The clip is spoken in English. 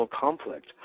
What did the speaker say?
conflict